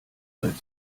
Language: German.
halt